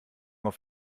auf